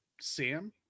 sam